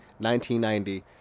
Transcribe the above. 1990